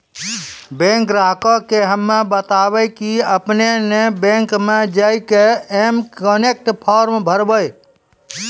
bank ग्राहक के हम्मे बतायब की आपने ने बैंक मे जय के एम कनेक्ट फॉर्म भरबऽ